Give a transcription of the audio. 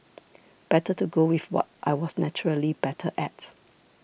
better to go with what I was naturally better at